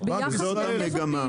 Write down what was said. זאת המגמה.